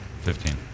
Fifteen